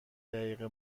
دقیقه